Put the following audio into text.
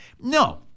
No